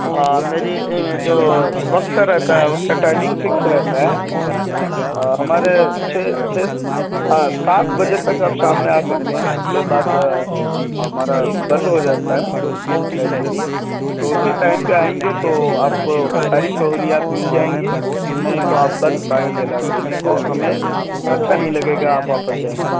میری جو وقت رہتا ہے اس کا ٹائمنگ فکس رہتا ہے ہمارے چھ چھ ہاں سات بجے تک آپ شام میں آ سکتے ہیں اس کے بعد ہمارا بند ہو جاتا ہے لائیبریری تو اسی ٹائم پہ آئیں گے تو آپ کو ساری سہولیات مل جائیں گی نہیں تو آپ بند پائیں گے لائیبریری کو ہمیں اچھا نہیں لگے گا آپ واپس جائیں گے